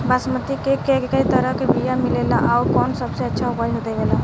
बासमती के कै तरह के बीया मिलेला आउर कौन सबसे अच्छा उपज देवेला?